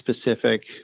specific